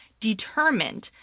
determined